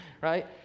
right